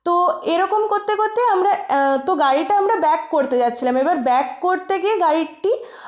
তো এরকম করতে করতে আমরা তো গাড়িটা আমরা ব্যাক করতে যাচ্ছিলাম এবার ব্যাক করতে গিয়ে গাড়িটি